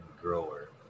grower